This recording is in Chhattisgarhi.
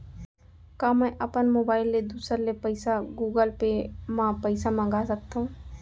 का मैं अपन मोबाइल ले दूसर ले पइसा गूगल पे म पइसा मंगा सकथव?